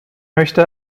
möchte